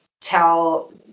tell